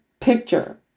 picture